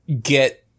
get